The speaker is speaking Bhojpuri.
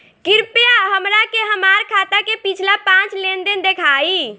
कृपया हमरा के हमार खाता के पिछला पांच लेनदेन देखाईं